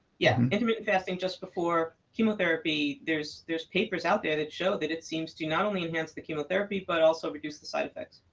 yeah and intermittent fasting just before chemotherapy, there's there's papers out there that show that it seems to not only enhance the chemotherapy but also reduce the side effects.